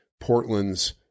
Portland's